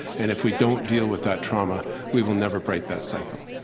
and if we don't deal with that trauma we will never break that cycle.